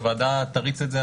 הוועדה תריץ את זה,